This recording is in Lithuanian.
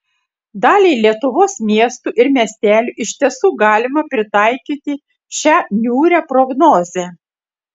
daliai lietuvos miestų ir miestelių iš tiesų galima pritaikyti šią niūrią prognozę